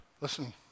Listen